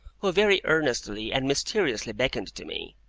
who very earnestly and mysteriously beckoned to me.